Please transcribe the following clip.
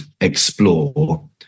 explore